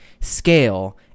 scale